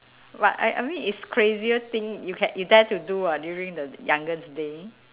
but I I mean it's crazier thing you ca~ you dare to do [what] during the youngest day